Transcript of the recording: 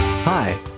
Hi